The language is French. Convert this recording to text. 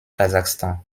kazakhstan